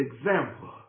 example